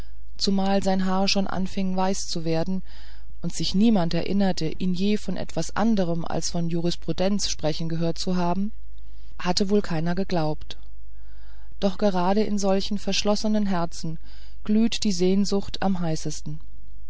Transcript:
zumal sein haar schon anfing weiß zu werden und sich niemand erinnerte ihn je von etwas anderem als von jurisprudenz sprechen gehort zu haben hatte wohl keiner geglaubt doch gerade in solchen verschlossenen herzen glüht die sehnsucht am heißesten